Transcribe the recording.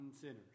sinners